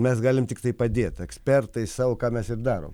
mes galim tiktai padėti ekspertai sau ką mes ir daro